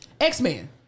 X-Men